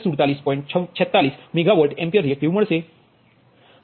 46 megavolt ampere reactive મળશે